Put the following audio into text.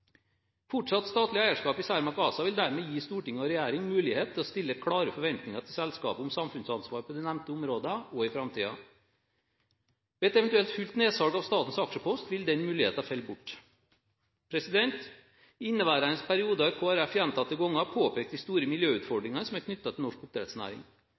Fortsatt statlig eierskap i Cermaq ASA vil dermed gi storting og regjering mulighet til å stille klare forventninger til selskapet om samfunnsansvar på de nevnte områder også i framtiden. Ved et eventuelt fullt nedsalg av statens aksjepost vil den muligheten falle bort. I inneværende periode har Kristelig Folkeparti gjentatte ganger påpekt de store miljøutfordringene som er knyttet til norsk oppdrettsnæring.